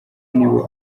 nibo